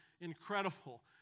incredible